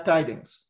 Tidings